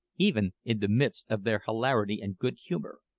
even in the midst of their hilarity and good-humour.